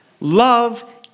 Love